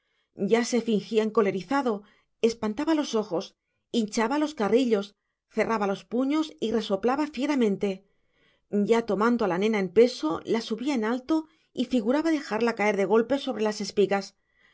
ya se fingía encolerizado espantaba los ojos hinchaba los carrillos cerraba los puños y resoplaba fieramente ya tomando a la nena en peso la subía en alto y figuraba dejarla caer de golpe sobre las espigas